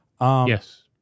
Yes